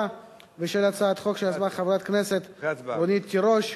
ושל הצעת חוק שיזמה חברת הכנסת רונית תירוש.